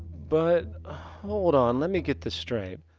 but hold on let me get this straight.